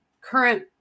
current